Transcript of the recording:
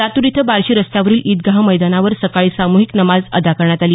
लातूर इथं बार्शी रस्त्यावरील इदगाह मैदानावर सकाळी साम्हिक नमाज अदा करण्यात आली